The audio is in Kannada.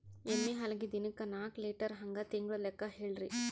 ಎಮ್ಮಿ ಹಾಲಿಗಿ ದಿನಕ್ಕ ನಾಕ ಲೀಟರ್ ಹಂಗ ತಿಂಗಳ ಲೆಕ್ಕ ಹೇಳ್ರಿ?